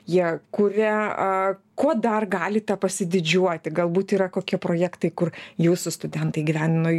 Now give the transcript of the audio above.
jie kuria aaa kuo dar galite pasididžiuoti galbūt yra kokie projektai kur jūsų studentai įgyvendino